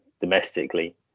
domestically